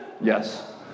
Yes